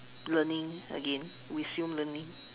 learning again resume learning